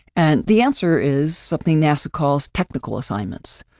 and the answer is something nasa calls technical assignments.